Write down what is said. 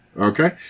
Okay